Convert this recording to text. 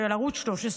של ערוץ 13,